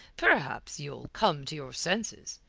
perhaps you'll come to your senses.